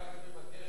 אני רק מבקש,